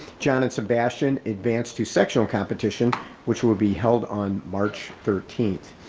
janet sebastian, advanced to section competition which will be held on march thirteenth.